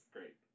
Great